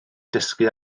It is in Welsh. dysgu